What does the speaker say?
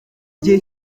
gihe